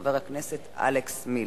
חבר הכנסת אלכס מילר.